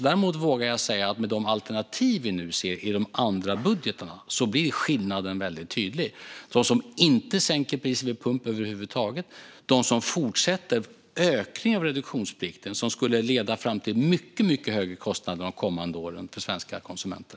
Däremot vågar jag säga att med de alternativ vi nu ser i de andra budgetarna blir skillnaden väldigt tydlig mot dem som inte sänker priset vid pump över huvud taget och dem som fortsätter ökningen av reduktionsplikten, vilket skulle leda till mycket högre kostnader de kommande åren för svenska konsumenter.